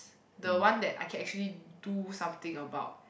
the one that I can actually do something about